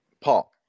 Paul